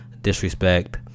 disrespect